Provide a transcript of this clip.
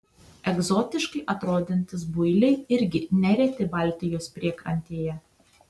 egzotiškai atrodantys builiai irgi nereti baltijos priekrantėje